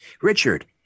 Richard